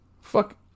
Fuck